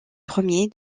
premier